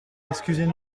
excusez